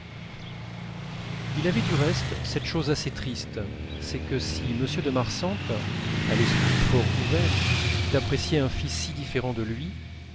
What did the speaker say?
il y avait du reste cette chose assez triste c'est que si m de marsantes à l'esprit fort ouvert eût apprécié un fils si différent de lui